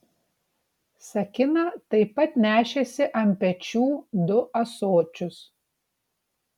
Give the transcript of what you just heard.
sakina taip pat nešėsi ant pečių du ąsočius